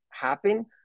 happen